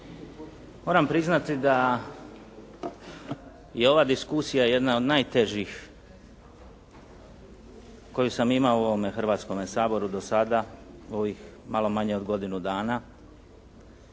Moram priznati da je ova diskusija jedna od najtežih koju sam imao u ovome Hrvatskome saboru do sada u ovih malo manje od godinu dana,